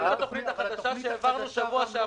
האם הם אמורים לקבל בתוכנית החדשה שהעברנו בשבוע שעבר?